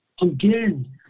Again